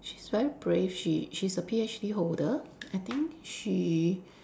she's very brave she she's a PhD holder I think she